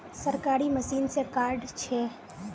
सरकारी मशीन से कार्ड छै?